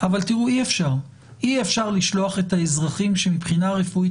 אבל תראו אי אפשר לשלוח את האזרחים שמבחינה רפואית